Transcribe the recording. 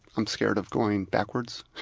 i'm scared of going backwards.